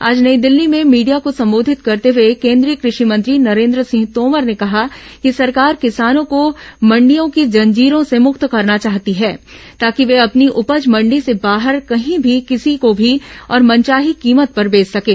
आज नई दिल्ली में भीडिया को संबोधित करते हुए केंद्रीय कृषि मंत्री नरेन्द्र सिंह तोमर ने कहा कि सरकार किसानों को मंडियों की जंजीरों से मुक्त कराना चाहती है ताकि वे अपनी उपज मंडी से बाहर कहीं भी किसी को मी और मनचाही कीमत पर बेच सकें